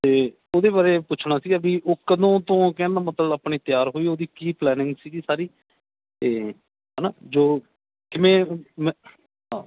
ਅਤੇ ਉਹਦੇ ਬਾਰੇ ਪੁੱਛਣਾ ਸੀਗਾ ਵੀ ਉਹ ਕਦੋਂ ਤੋਂ ਕਹਿਣ ਦਾ ਮਤਲਬ ਆਪਣੇ ਤਿਆਰ ਹੋਈ ਉਹਦੀ ਕੀ ਪਲੈਨਿੰਗ ਸੀਗੀ ਸਾਰੀ ਅਤੇ ਹੈ ਨਾ ਜੋ ਜਿਵੇਂ ਮੈਂ ਹਾਂ